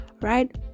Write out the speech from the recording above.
right